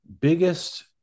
biggest